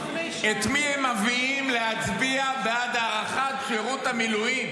את מי הם מביאים להצביע בעד הארכת שירות המילואים?